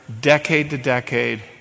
decade-to-decade